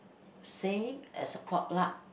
same as potluck